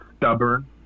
stubborn